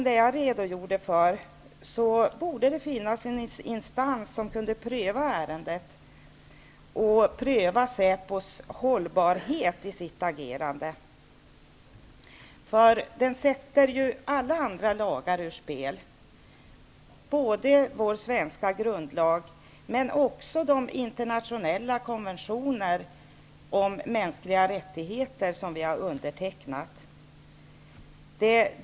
Det borde finnas en instans som kunde pröva ärenden av det slag som det jag redogjorde för. Hållbarheten i säpos agerande borde kunna prövas. Denna lag sätter alla andra lagar ur spel, både vår svenska grundlag och de internationella konventioner om mänskliga rättigheter som vi har undertecknat.